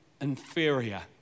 inferior